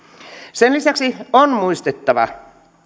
sen lisäksi on muistettava